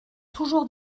toujours